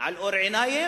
על אור עיניים,